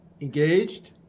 Engaged